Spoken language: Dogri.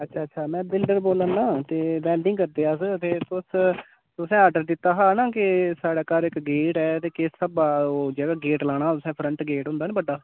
अच्छा अच्छा में बिल्डर बोल्ला ना ते बैल्डिंग करदे अस ते तुस तुसें आर्डर दित्ता हा ना कि साढ़े घर इक गेट ऐ ते किस स्हाबा ओह् जेह्का गेट लाना हा तुसें फ्रंट गेट होंदा निं बड्डा